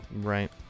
Right